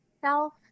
self